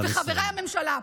וחברי הממשלה,